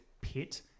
pit